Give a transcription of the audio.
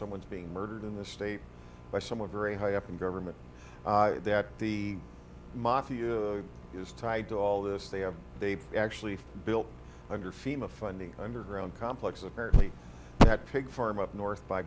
someone's being murdered in this state by someone very high up in government that the mafia is tied to all this they have they've actually built under fema funding underground complex apparently that pig farm up north by